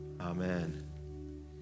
Amen